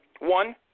one